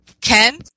Ken